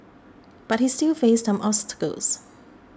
but he still faced some obstacles